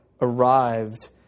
arrived